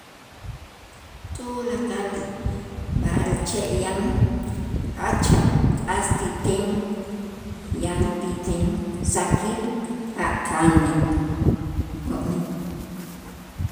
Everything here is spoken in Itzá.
Tulakal b'a'alche' yan jach k'as ti ten yan ti ten saakil a' kanej jo'mij.